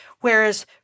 Whereas